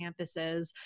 campuses